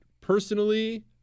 personally